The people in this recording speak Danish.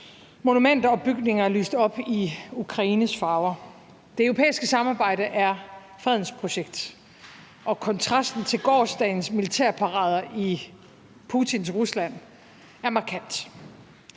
monumenter og bygninger lyst op i Ukraines farver. Det europæiske samarbejde er fredens projekt, og kontrasten til gårsdagens militærparader i Putins Rusland er markant.